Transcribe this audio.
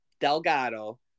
Delgado